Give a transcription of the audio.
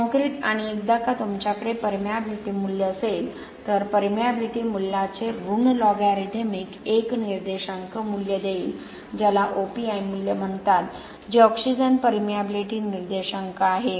concrete आणि एकदा का तुमच्याकडे परमिएबिलिटी मूल्य असेल तर परमिएबिलिटी मूल्याचे ऋण लॉगरिदम एक निर्देशांक मूल्य देईल ज्याला OPI मूल्य म्हणतात जे ऑक्सिजन परमिएबिलिटीनिर्देशांक आहे